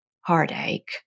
heartache